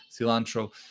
Cilantro